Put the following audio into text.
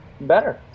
better